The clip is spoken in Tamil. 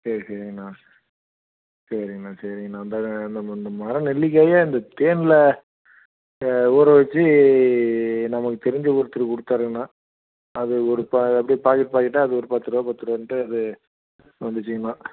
சரி சரிங்கண்ணா சரிங்கண்ணா சரிங்கண்ணா அந்த இந்த இந்த மர நெல்லிக்காயை இந்த தேனில் ஊற வெச்சு நம்மளுக்கு தெரிஞ்ச ஒருத்தர் கொடுத்தாருங்கண்ணா அது ஒரு பா அப்படியே பாக்கெட் பாக்கெட்டாக அது ஒரு பத்துரூபா பத்துரூபான்ட்டு அது வந்துச்சுங்கண்ணா